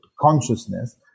consciousness